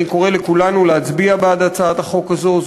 אני קורא לכולנו להצביע בעד הצעת החוק הזאת.